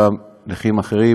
חלקם נכים אחרים,